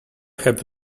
have